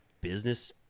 business